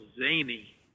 zany